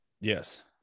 yes